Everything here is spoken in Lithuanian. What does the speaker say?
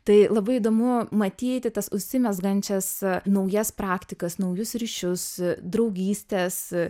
tai labai įdomu matyti tas užsimezgančias naujas praktikas naujus ryšius draugystes